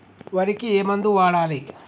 వరికి ఏ మందు వాడాలి?